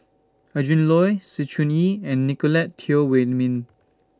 Adrin Loi Sng Choon Yee and Nicolette Teo Wei Min